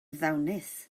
ddawnus